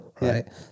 Right